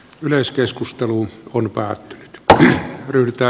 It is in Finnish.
yleiskeskusteluun on varattu tähän ryhdytä